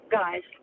guys